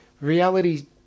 reality